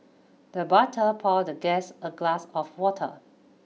the butter poured the guest a glass of water